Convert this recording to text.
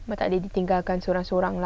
but I didn't tinggalkan dia seorang seorang